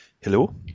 Hello